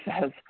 says